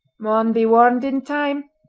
mon, be warned in time!